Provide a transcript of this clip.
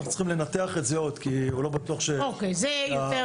אנחנו צריכים עוד לנתח את זה כי לא בטוח שזה יעבוד.